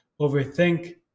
overthink